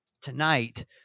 tonight